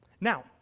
Now